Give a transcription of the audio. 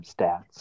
stats